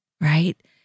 Right